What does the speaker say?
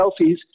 selfies